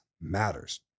matters